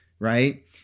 Right